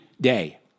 day